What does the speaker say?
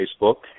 Facebook